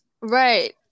right